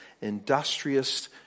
industrious